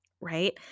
right